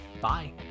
Bye